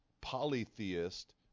polytheist